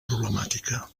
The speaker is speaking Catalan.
problemàtica